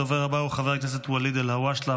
הדובר הבא הוא חבר הכנסת ואליד אלהואשלה.